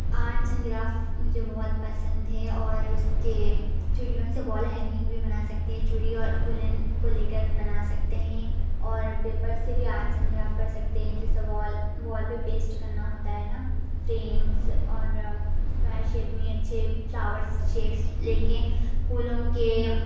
arts and craft مجھے بہت پسند ہے اور اس کے چڑیوں سے وال ہینگنگ بھی بنا سکتے ہیں چڑیوں وولن کو لے کر بنا سکتے ہیں اور پیپر سے بھی آرٹس اینڈ گرافٹ کر سکتے ہیں جیسے وال وال پہ پیسٹ کرنا ہوتا ہے نا فریمس اور اسکوائر شیپ میں اچھے فلاورس شیپ لے کے پھولوں کے